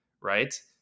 Right